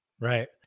Right